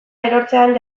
erortzen